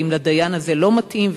ואם לדיין הזה לא מתאים,